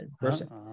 person